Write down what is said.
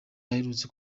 aherutse